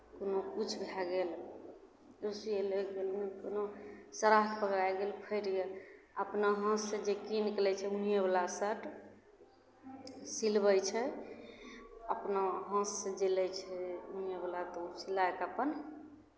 कोनो किछु भए गेल किछु सिअय लेल कोनो कोनो खराब पकड़ाय गेल फाटि गेल अपना हाथसँ जे कीनि कऽ लै छै ऊनिओवला शर्ट सिलबै छै अपना हाथसे जे लै छै ऊनियोबला तऽ ओ सिलाइ कऽ अपन